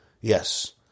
Yes